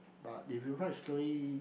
but if you write slowly